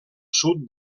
sud